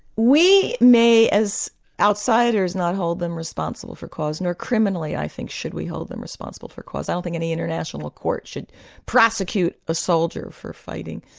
we may as outsiders not hold them responsible for cause, nor criminally i think should we hold them responsible for cause. i don't think any international court should prosecute the ah soldier for fighting,